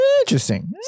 Interesting